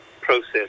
process